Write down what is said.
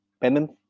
penance